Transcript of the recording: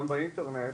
גם באינטרנט,